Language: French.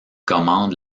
commande